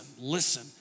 listen